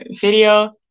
video